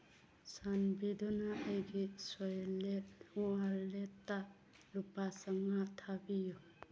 ꯆꯥꯟꯕꯤꯗꯨꯅ ꯑꯩꯒꯤ ꯁ꯭ꯋꯦꯂꯦꯠ ꯋꯥꯂꯦꯠꯇ ꯂꯨꯄꯥ ꯆꯝꯃꯉꯥ ꯊꯥꯕꯤꯌꯨ